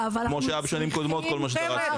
כמו שהיה בשנים קודמות כל מה שדרשתם.